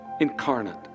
incarnate